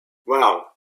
well